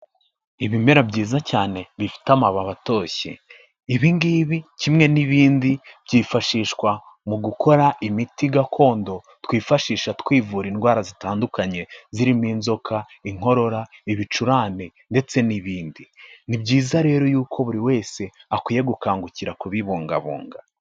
Ibimera byiza cyane bifite amababi atoshye, ibi ngibi kimwe n'ibindi byifashishwa mu gukora imiti gakondo twifashisha twivura indwara zitandukanye zirimo inzoka inkorora, ibicurane, ndetse n'ibindi. Ni byiza rero yuko buri wese akwiye gukangukira kubibungabunga.